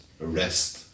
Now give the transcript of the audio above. arrest